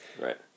Right